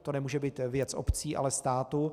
To nemůže být věc obcí, ale státu.